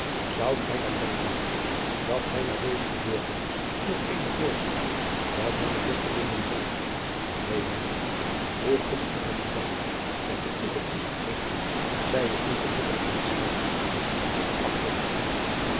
oudt gij dan denken mijn eer dat gij na deze gebeurtenis nog eene voorspraak bij mijne dochter vinden zoudt een mijn eer hoe gunstige gedachten zij voor u gekoesterd heeft zij is nu gelukkig in staat om u te verachten